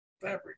fabric